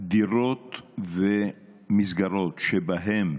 דירות ומסגרות שבהן